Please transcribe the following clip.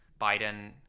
Biden